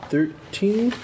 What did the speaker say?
Thirteen